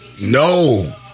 No